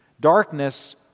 Darkness